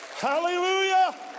Hallelujah